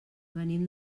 venim